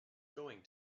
going